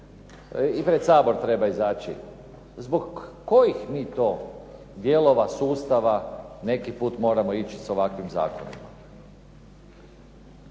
i pred Sabor treba izaći, zbog kojih mi to dijelova sustava neki put moramo ići sa ovakvim zakonima.